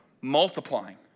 multiplying